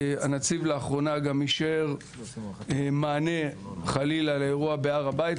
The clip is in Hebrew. הנציב לאחרונה גם אישר מענה חלילה לאירוע בהר הבית.